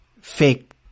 fake –